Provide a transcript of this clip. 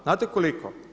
Znate koliko?